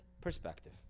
perspective